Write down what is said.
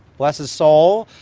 bless his soul,